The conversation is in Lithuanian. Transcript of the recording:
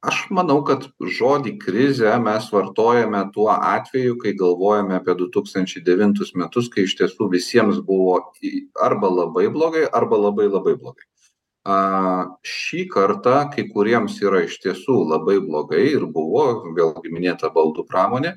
aš manau kad žodį krizė mes vartojame tuo atveju kai galvojome apie du tūkstančiai devintus metus kai iš tiesų visiems buvo į arba labai blogai arba labai labai blogai aaa šį kartą kai kuriems yra iš tiesų labai blogai ir buvo gal minėta baldų pramonė